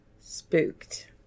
spooked